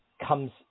comes